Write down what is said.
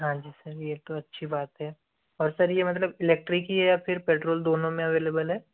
हाँ जी सर ये तो अच्छी बात है और सर ये मतलब इलेक्ट्रिक ही है या फिर पेट्रोल दोनों में अवेलेबल है